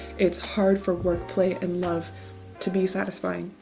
it's hard for work play and love to be satisfying.